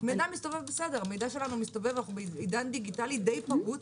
אנחנו בעידן דיגיטלי די פרוץ.